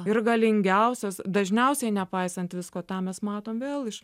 ir galingiausios dažniausiai nepaisant visko tą mes matom vėl iš